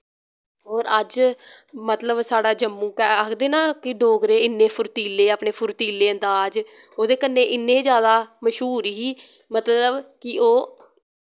और अज मतलव साढ़ा जम्मू आखदे ना कि डोगरे इन्ने फुर्तीले अपने फुर्तीले अंदाज ओह्दे कन्नै इन्ने जैदा मश्हूर ही मतलव कि ओह्